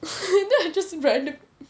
then I just random